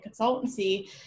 Consultancy